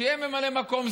שיהיה ממלא מקום.